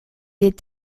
est